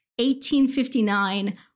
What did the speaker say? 1859